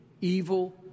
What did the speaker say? evil